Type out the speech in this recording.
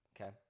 okay